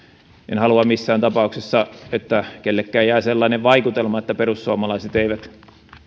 en halua missään tapauksessa että kellekään jää sellainen vaikutelma että perussuomalaiset eivät